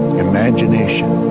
imagination,